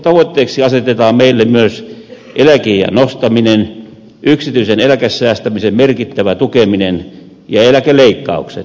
tavoitteiksi asetetaan meille myös eläkeiän nostaminen yksityisen eläkesäästämisen merkittävä tukeminen ja eläkeleikkaukset